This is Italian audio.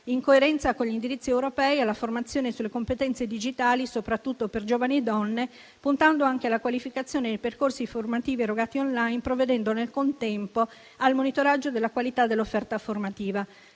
in coerenza con gli indirizzi europei, alla formazione sulle competenze digitali, soprattutto per giovani e donne, puntando anche alla qualificazione dei percorsi formativi erogati *online* e provvedendo, nel contempo, al monitoraggio della qualità dell'offerta formativa.